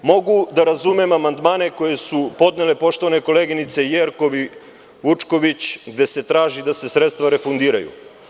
Mogu da razumem amandmane koje su podnele poštovane koleginice Jerkov i Vučković, gde se traži da se sredstva refundiraju.